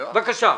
בבקשה.